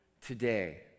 today